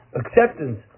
acceptance